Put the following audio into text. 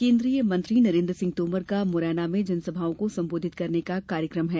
केन्द्रीय मंत्री नरेन्द्र सिंह तोमर का मुरैना में जनसभाओं को सम्बोधित करने का कार्यक्रम है